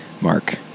Mark